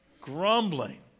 Grumbling